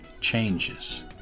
changes